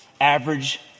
average